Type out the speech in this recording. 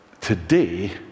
today